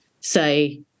say